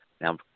Now